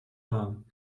warm